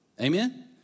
Amen